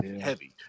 heavy